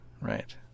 right